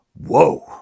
Whoa